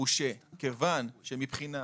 כיוון שמבחינה